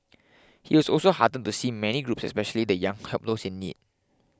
he was also heartened to see many groups especially the young help those in need